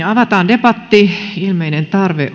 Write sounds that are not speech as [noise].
[unintelligible] avataan debatti ilmeinen tarve